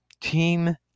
team